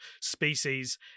species